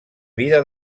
vida